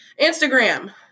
Instagram